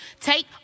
Take